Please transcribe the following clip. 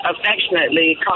affectionately